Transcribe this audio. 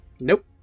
Nope